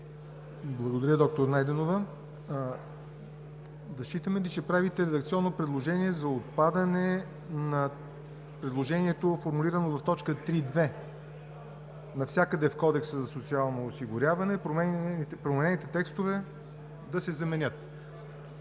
Благодаря, доктор Найденова. Да считаме ли, че правите редакционно предложение за отпадане на предложението, формулирано в т. 3.2. навсякъде в Кодекса за социално осигуряване променените текстове да се заменят?